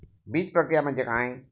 बीजप्रक्रिया म्हणजे काय?